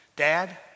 Dad